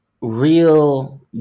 real